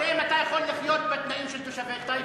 תראה אם אתה יכול לחיות בתנאים של תושבי טייבה.